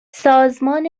سازمان